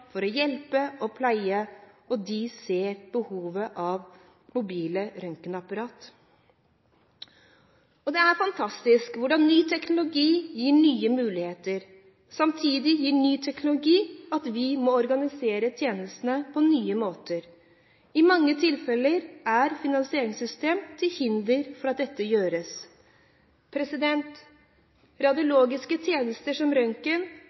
for å hjelpe og pleie, og de ser behovet for mobile røntgenapparater. Det er fantastisk hvordan ny teknologi gir nye muligheter. Samtidig gjør ny teknologi at vi må organisere tjenestene på nye måter. I mange tilfeller er finansieringssystemene til hinder for at dette gjøres. Radiologiske tjenester som